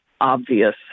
obvious